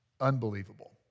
unbelievable